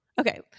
Okay